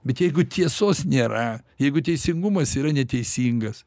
bet jeigu tiesos nėra jeigu teisingumas yra neteisingas